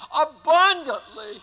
abundantly